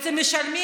בתי מלון,